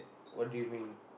what do you mean